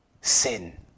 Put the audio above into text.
sin